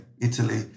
Italy